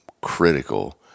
critical